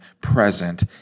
present